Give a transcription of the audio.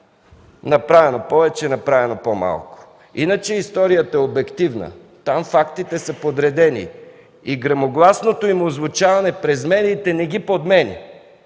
„направено повече, направено по-малко”. Иначе историята е обективна. Там фактите са подредени и гръмогласното им озвучаване през медиите не ги подменя